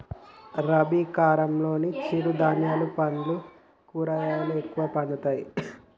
రబీ కాలంలో చిరు ధాన్యాలు పండ్లు కూరగాయలు ఎక్కువ పండుతాయట